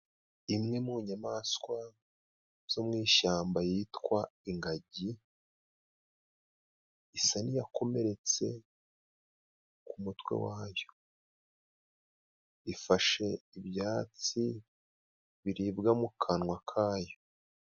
Imwe mu nyamaswa zo mu ishyamba yitwa ingagi, isa n'iyakomeretse ku mutwe wayo. Ifashe ibyatsi biribwa mu kanwa kayo.